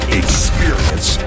experience